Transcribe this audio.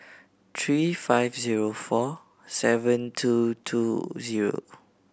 three five zero four seven two two zero